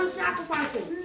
sacrificing